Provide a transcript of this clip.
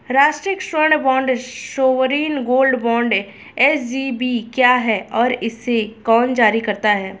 राष्ट्रिक स्वर्ण bond sovereign gold bond SGB क्या है और इसे कौन जारी करता है?